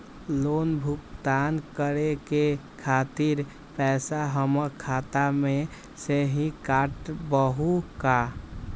Loan भुगतान करे के खातिर पैसा हमर खाता में से ही काटबहु का?